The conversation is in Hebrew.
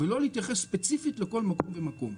ולא להתייחס ספציפית לכל מקום ומקום.